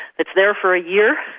it's there for a year,